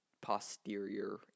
posterior